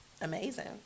amazing